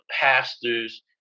pastors